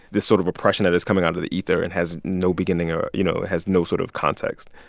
this sort of oppression that is coming out of the ether and has no beginning or, you know, it has no sort of context.